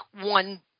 one